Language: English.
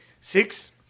six